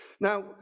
Now